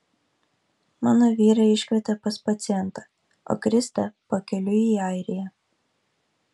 mano vyrą iškvietė pas pacientą o kristė pakeliui į airiją